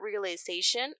realization